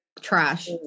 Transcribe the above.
trash